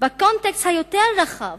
בקונטקסט הרחב